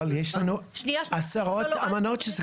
אבל יש לנו עשרות אמנות,